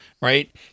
right